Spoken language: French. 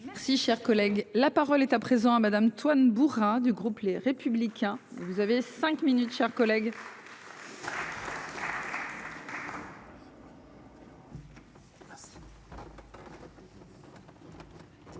Merci. Si cher collègue, la parole est à présent à Madame Toine bourrin du groupe les républicains. Vous avez 5 minutes, chers collègues.